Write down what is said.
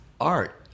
Art